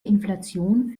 inflation